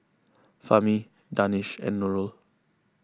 Fahmi Danish and Nurul